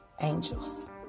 angels